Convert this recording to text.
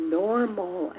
normal